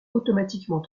automatiquement